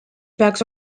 peaks